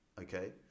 Okay